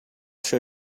show